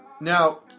Now